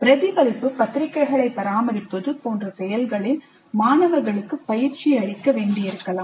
பிரதிபலிப்பு பத்திரிகைகளை பராமரிப்பது போன்ற செயல்களில் மாணவர்களுக்கு பயிற்சி அளிக்க வேண்டியிருக்கலாம்